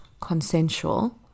consensual